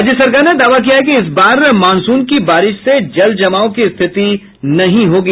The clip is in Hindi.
राज्य सरकार ने दावा किया है कि इस बार मॉनसून की बारिश से जलजमाव की स्थिति नहीं होगी